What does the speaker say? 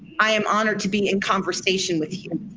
i am honored to be in conversation with you.